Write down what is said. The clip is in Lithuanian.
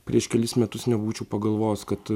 prieš kelis metus nebūčiau pagalvojęs kad